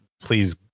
please